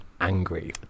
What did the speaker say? angry